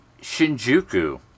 Shinjuku